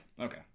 Okay